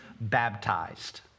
baptized